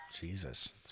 Jesus